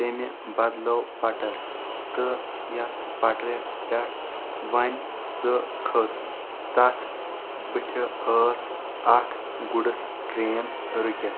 تٔمۍ بدلٲو پٹر تہٕ یتھ پٹرِ پٮ۪ٹھ وۄنۍ سۄ کھٔژ تتھ بٔتھِ ٲس اکھ گُڈٕس ٹرین رُکِتھ